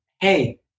hey